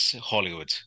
Hollywood